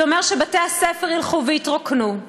זה אומר שבתי-הספר ילכו ויתרוקנו.